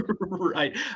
Right